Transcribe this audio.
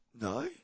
No